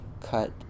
cut